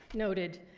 noted,